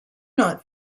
not